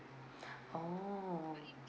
oh